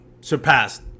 surpassed